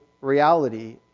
reality